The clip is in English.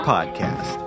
Podcast